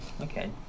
Okay